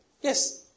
Yes